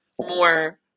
more